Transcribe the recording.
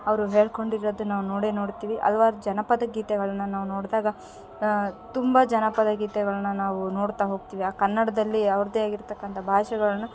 ಅವರು ಹೇಳ್ಕೊಂಡಿರೋದು ನಾವು ನೋಡೆ ನೋಡಿರ್ತೀವಿ ಹಲ್ವಾರು ಜನಪದ ಗೀತೆಗಳನ್ನು ನಾವು ನೋಡಿದಾಗ ತುಂಬ ಜನಪದ ಗೀತೆಗಳನ್ನ ನಾವು ನೋಡ್ತಾ ಹೋಗ್ತಿವಿ ಆ ಕನ್ನಡದಲ್ಲಿ ಅವ್ರದ್ದೆ ಆಗಿರ್ತಕ್ಕಂಥ ಭಾಷೆಗಳನ್ನ